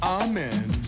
amen